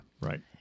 right